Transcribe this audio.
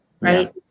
Right